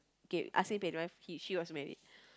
K husband and wife he she was married